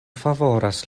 favoras